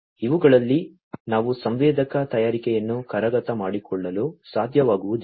ಇವುಗಳಲ್ಲಿ ನಾವು ಸಂವೇದಕ ತಯಾರಿಕೆಯನ್ನು ಕರಗತ ಮಾಡಿಕೊಳ್ಳಲು ಸಾಧ್ಯವಾಗುವುದಿಲ್ಲ